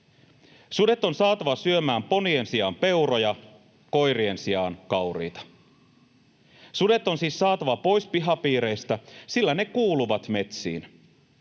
Sudet on saatava syömään ponien sijaan peuroja, koirien sijaan kauriita. Sudet on siis saatava pois pihapiireistä, sillä ne kuuluvat metsiin.